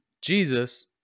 Jesus